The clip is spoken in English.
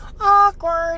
Awkward